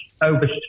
over